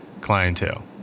clientele